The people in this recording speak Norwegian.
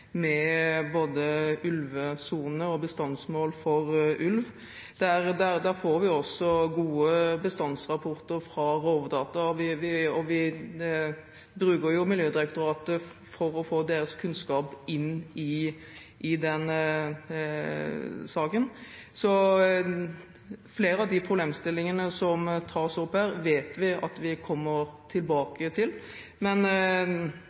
med både ulvesone og bestandsmål for ulv. Der får vi også gode bestandsrapporter fra Rovdata, og vi bruker Miljødirektoratet for å få deres kunnskap inn i saken. Flere av de problemstillingene som tas opp her, vet vi at vi kommer tilbake til, men